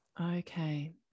Okay